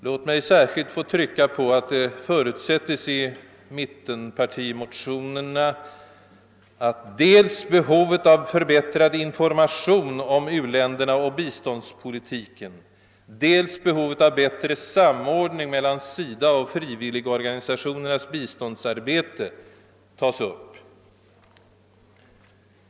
Låt mig särskilt peka på att det i mittenpartimotionerna förutsättes att frågan om behovet av dels förbättrad information om u-länderna och biståndspolitiken, dels bättre samordning mellan SIDA och frivilligorganisationernas biståndsarbete skall tas upp.